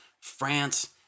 France